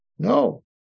No